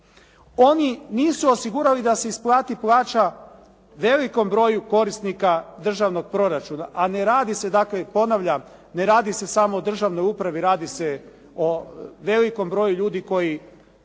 Oni nisu osigurali da se isplati plaća velikom broju korisnika državnog proračuna a ne radi se dakle, ponavljam, ne radi se samo o državnoj upravi, radi se o velikom broju ljudi koji